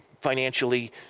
financially